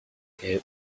greg